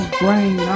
brain